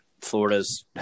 Florida's